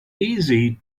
easy